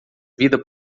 vida